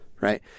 right